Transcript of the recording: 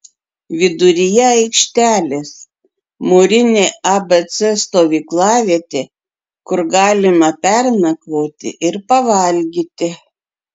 viduryje aikštelės mūrinė abc stovyklavietė kur galima pernakvoti ir pavalgyti